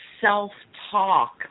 self-talk